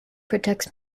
protects